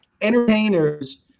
entertainers